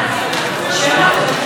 אפשר שם שקט, בבקשה?